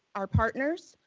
our partners,